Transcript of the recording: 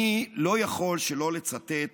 אני לא יכול שלא לצטט